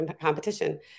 competition